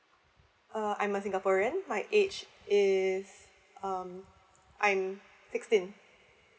uh I'm a singaporean my age is um I'm sixteen